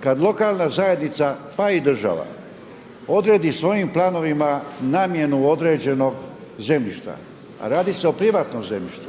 Kad lokalna zajednica, pa i država odredi svojim planovima namjenu određenog zemljišta, radi se o privatnom zemljištu,